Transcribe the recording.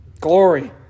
Glory